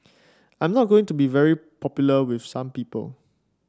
I am not going to be very popular with some people